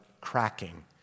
cracking